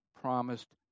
promised